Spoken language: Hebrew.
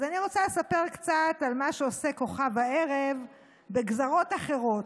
אז אני רוצה לספר קצת על מה שעושה כוכב הערב בגזרות אחרות,